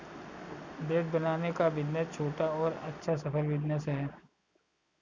bread बनाने का business छोटा और अच्छा सफल बिज़नेस है